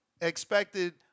expected